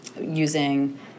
using